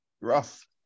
Rough